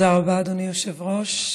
תודה רבה, אדוני היושב-ראש.